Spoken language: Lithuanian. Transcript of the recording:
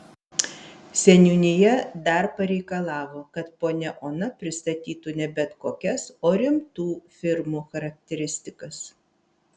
seniūnija dar pareikalavo kad ponia ona pristatytų ne bet kokias o rimtų firmų charakteristikas